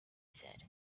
said